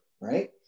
right